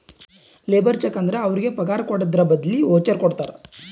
labour cheque ಅಂದುರ್ ಅವ್ರಿಗ ಪಗಾರ್ ಕೊಡದ್ರ್ ಬದ್ಲಿ ವೋಚರ್ ಕೊಡ್ತಾರ